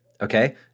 Okay